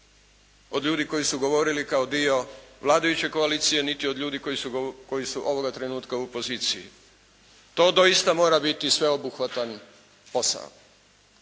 od ljudi koji su govorili kao dio vladajuće koalicije niti od ljudi koji su ovoga trenutka u poziciji. To doista mora biti sveobuhvatan posao.